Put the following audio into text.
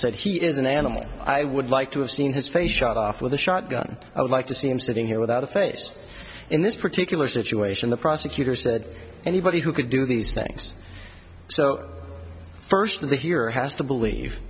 said he is an animal i would like to have seen his face shot off with a shotgun i would like to see him sitting here without a face in this particular situation the prosecutor said anybody who could do these things so first of the year has to believe